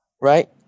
right